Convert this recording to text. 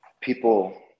people